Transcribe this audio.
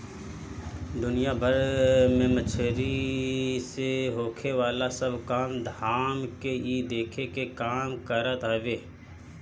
दुनिया भर में मछरी से होखेवाला सब काम धाम के इ देखे के काम करत हवे